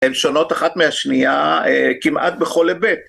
הן שונות אחת מהשנייה כמעט בכל היבט.